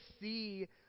see